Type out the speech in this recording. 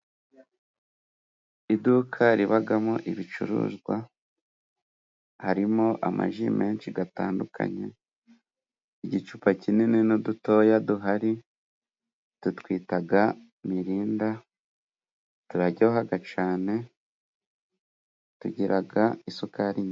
Iduka ribagamo ibicuruzwa, harimo amaji menshi gatandukanye, igicupa kinini n'udutoya duhari tutwitaga mirinda, turaryohaga cane, tugiraga isukari nke.